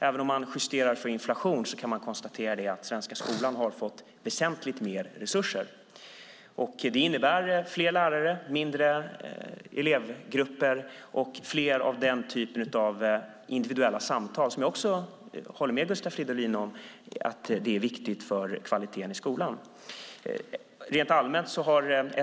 Även om man justerar för inflation kan man konstatera att den svenska skolan har fått väsentligt mer resurser. Det innebär fler lärare, mindre elevgrupper och fler sådana individuella samtal som - det håller jag med Gustav Fridolin om - är viktiga för kvaliteten i skolan.